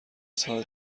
ساده